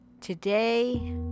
Today